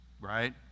right